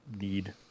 need